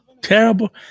terrible